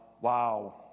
Wow